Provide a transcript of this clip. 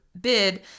bid